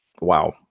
Wow